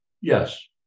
Yes